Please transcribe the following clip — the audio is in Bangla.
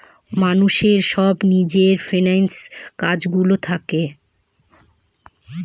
মানুষের সব নিজের ফিন্যান্স কাজ গুলো থাকে